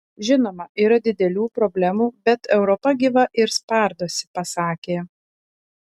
žinoma yra didelių problemų bet europa gyva ir spardosi pasakė